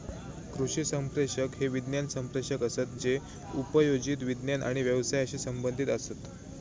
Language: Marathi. कृषी संप्रेषक हे विज्ञान संप्रेषक असत जे उपयोजित विज्ञान आणि व्यवसायाशी संबंधीत असत